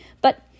But